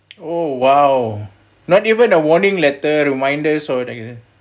oh !wow! not even a warning letter reminder so that you